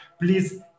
please